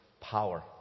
power